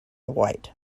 white